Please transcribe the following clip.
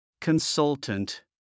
Consultant